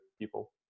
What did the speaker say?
people